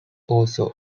also